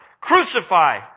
Crucify